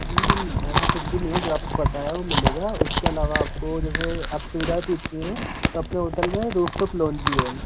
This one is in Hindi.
नहीं मैम ऐसा कुछ भी नहीं है जो आपको बताया है वह मिलेगा उसके अलावा आपको जैसे तो अपने होटल में रूफटॉप लौन भी है